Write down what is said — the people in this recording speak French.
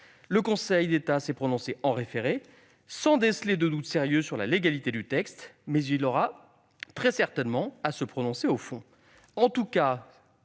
le Conseil d'État s'est prononcé en référé, sans déceler de doutes sérieux sur la légalité du texte, mais il aura très certainement à se prononcer au fond. En tout cas,